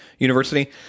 University